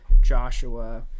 Joshua